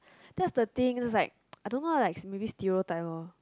that's the thing is like I don't know like maybe stereotype lor